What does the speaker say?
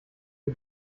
die